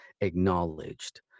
acknowledged